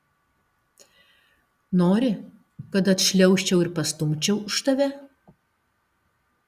nori kad atšliaužčiau ir pastumčiau už tave